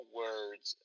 words